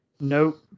nope